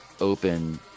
open